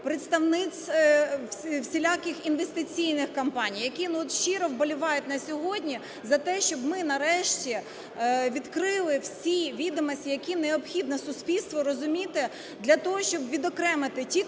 представництв всіляких інвестиційних компаній, які ну-от щиро вболівають на сьогодні за те, щоб ми нарешті відкрили всі відомості, які необхідно суспільству розуміти для того, щоб відокремити ті